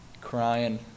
crying